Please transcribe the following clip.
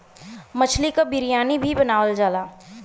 मछली क बिरयानी भी बनावल जाला